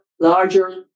larger